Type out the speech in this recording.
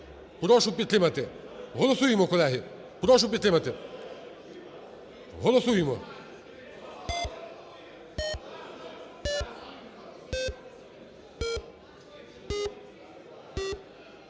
прошу підтримати. Голосуємо, колеги. прошу підтримати. Голосуємо.